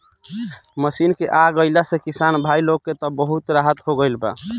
machine के आ गईला से किसान भाई लोग के त बहुत राहत हो गईल बा